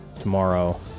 tomorrow